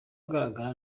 ugaragara